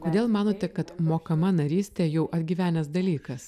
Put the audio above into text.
kodėl manote kad mokama narystė jau atgyvenęs dalykas